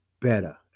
better